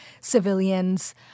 civilians